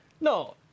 No